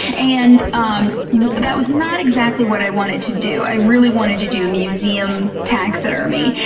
and um that was not exactly what i wanted to do. i really wanted to do museum taxidermy.